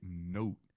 note